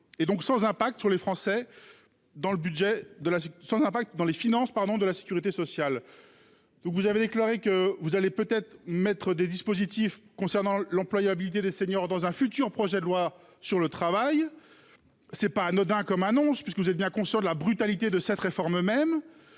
de la son impact dans les finances, pardon de la sécurité sociale. Donc vous avez déclaré que vous allez peut-être mettre des dispositifs concernant l'employabilité des seniors dans un futur projet de loi sur le travail. C'est pas anodin comme annonce puisque vous êtes bien conscients de la brutalité de cette réforme même